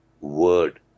word